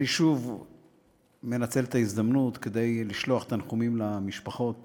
אני שוב מנצל את ההזדמנות כדי לשלוח תנחומים למשפחות